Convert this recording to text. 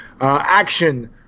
action